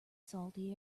salty